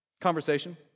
conversation